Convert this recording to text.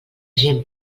gent